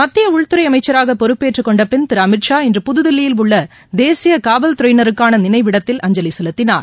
மத்திய உள்துறை அமைச்சராக பொறுப்பேற்று கொண்டபின் திரு அமித்ஷா இன்று புதுதில்லியில் உள்ள தேசிய காவல்துறையினருக்கான நினைவிடத்தில் அஞ்சலி செலுத்தினார்